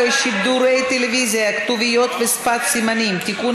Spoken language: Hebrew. שידורי טלוויזיה (כתוביות ושפת סימנים) (תיקון